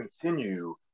continue